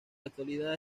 actualidad